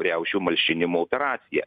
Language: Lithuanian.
riaušių malšinimo operaciją